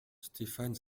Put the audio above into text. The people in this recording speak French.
stéphane